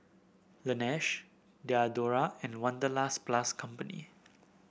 Laneige Diadora and Wanderlust Plus Company